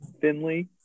Finley